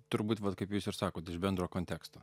turbūt vat kaip jūs ir sakot iš bendro konteksto